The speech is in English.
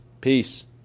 Peace